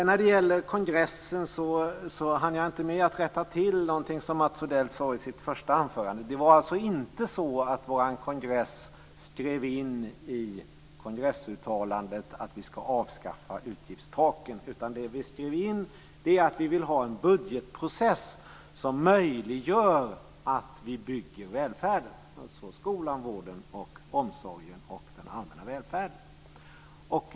När det gäller kongressen hann jag inte rätta till vad Mats Odell sade om i sitt första anförande. Vår kongress skrev inte in i kongressuttalandet att vi ska avskaffa utgiftstaken. Vi skrev in att vi vill ha en budgetprocess som möjliggör att vi bygger välfärden, dvs. skolan, vården, omsorgen och den allmänna välfärden.